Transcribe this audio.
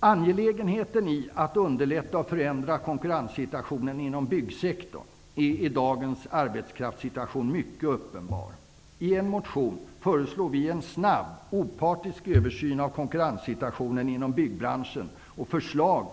Angelägenheten i att underlätta och förändra konkurrenssituationen inom byggsektorn är i dagens arbetskraftssituation mycket uppenbar. I en motion föreslår vi en snabb och opartisk översyn av konkurrenssituationen inom byggbranschen, och vi föreslår